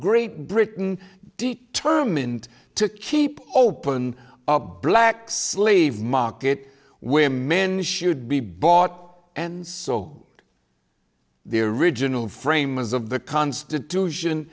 great britain determined to keep open a black slave market where men should be bought and sold the original framers of the constitution